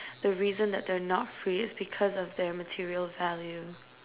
the reason that they're not free is because of their material value